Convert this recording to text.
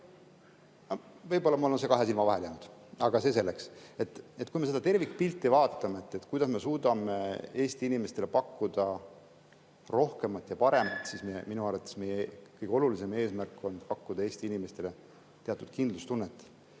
Võib-olla mul on see kahe silma vahele jäänud, aga see selleks. Kui me seda tervikpilti vaatame, kuidas me suudame Eesti inimestele pakkuda rohkemat ja paremat, siis minu arvates meie kõige olulisem eesmärk on pakkuda Eesti inimestele teatud kindlustunnet.